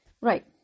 right